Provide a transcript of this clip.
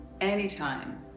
anytime